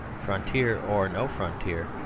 frontier or no frontier,